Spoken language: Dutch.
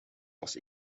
was